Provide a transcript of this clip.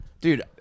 Dude